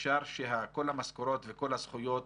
אפשר שכל המשכורות וכל הזכויות